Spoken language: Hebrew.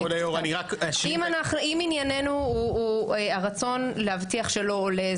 אם ענייננו הוא הרצון להבטיח שלא עולה,